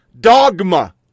dogma